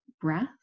breath